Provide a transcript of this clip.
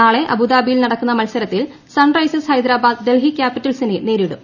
നാളെ അബുദാബിയിൽ നടക്കുന്ന മത്സരത്തിൽ സൺറൈസേഴ്സ് ഹൈദരാബാദ് ഡൽഹി ക്യാപ്പിറ്റൽസിനെ നേരിടും